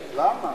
למה?